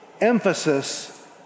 emphasis